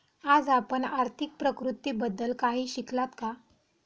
आज आपण आर्थिक प्रतिकृतीबद्दल काही शिकलात का?